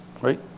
Right